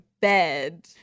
bed